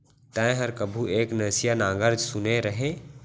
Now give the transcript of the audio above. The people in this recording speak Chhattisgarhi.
तैंहर कभू एक नसिया नांगर सुने रहें?